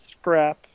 scrap